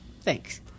Thanks